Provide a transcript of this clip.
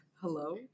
Hello